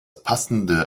passende